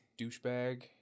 douchebag